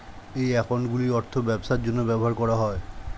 এই অ্যাকাউন্টগুলির অর্থ ব্যবসার জন্য ব্যবহার করা হয়